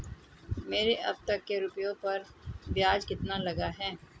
मेरे अब तक के रुपयों पर ब्याज कितना लगा है?